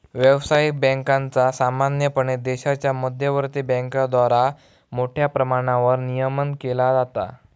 व्यावसायिक बँकांचा सामान्यपणे देशाच्या मध्यवर्ती बँकेद्वारा मोठ्या प्रमाणावर नियमन केला जाता